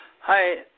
Hi